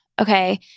Okay